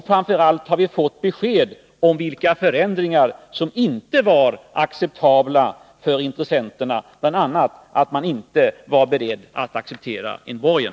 Framför allt har vi fått besked om vilka förändringar som intressenterna inte kunde acceptera; bl.a. var man inte beredd att acceptera en borgen.